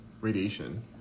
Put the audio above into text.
radiation